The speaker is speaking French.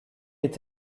est